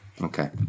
Okay